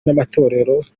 n’amatorero